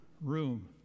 Room